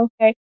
okay